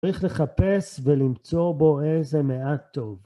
צריך לחפש ולמצוא בו איזה מעט טוב.